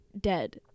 dead